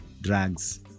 drugs